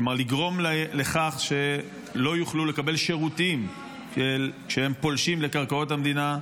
כלומר לגרום לכך שלא יוכלו לקבל שירותים כשהם פולשים לקרקעות המדינה?